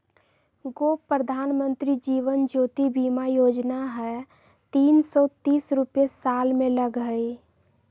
गो प्रधानमंत्री जीवन ज्योति बीमा योजना है तीन सौ तीस रुपए साल में लगहई?